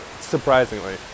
surprisingly